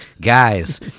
Guys